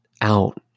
out